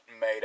made